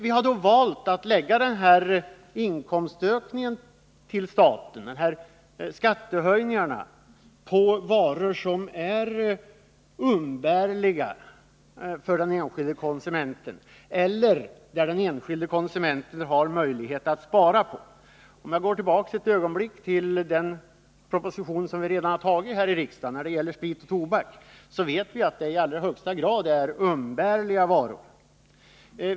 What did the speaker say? Vi har då valt att ta ut den här inkomstökningen till staten genom skattehöjningar på varor som är umbärliga för den enskilde konsumenten eller där den enskilde konsumenten har möjlighet att vara sparsam. Den proposition som riksdagen redan har tagit gäller som vi vet prishöjningar på varor som är i högsta grad umbärliga: sprit och tobak.